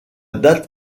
date